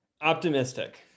Optimistic